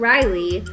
Riley